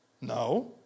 No